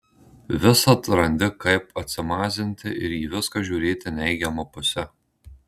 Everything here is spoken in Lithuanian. visad randi kaip atsimazinti ir į viską žiūrėti neigiama puse